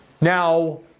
Now